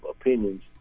opinions